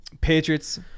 Patriots